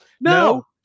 No